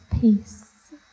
Peace